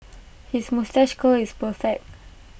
his moustache curl is perfect